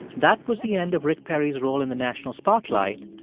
that was the end of rick perry's role in the national spotlight,